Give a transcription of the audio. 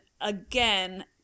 again